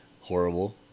horrible